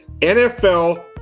NFL